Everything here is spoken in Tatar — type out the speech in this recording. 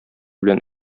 белән